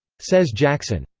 says jackson,